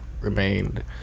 remained